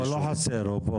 לא, הוא לא חסר, הוא פה.